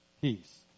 peace